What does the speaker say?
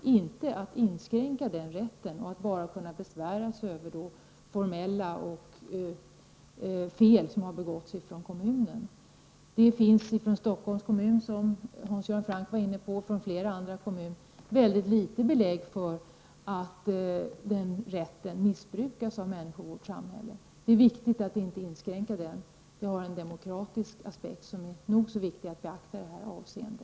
Denna rätt får inte inskränkas så att man kan besvära sig bara över formella fel som har begåtts från kommunens sida. Från såväl Stockholms kommun som flera andra kommuner finns det mycket litet belägg för att denna rätt missbrukas av människor i vårt samhälle. Det är viktigt att besvärsrätten inte inskränks, för den har en demokratisk aspekt som är nog så viktig att beakta i detta avseende.